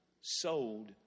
sold